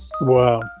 wow